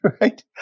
Right